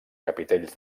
capitells